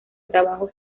trabajo